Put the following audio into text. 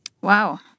Wow